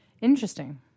Interesting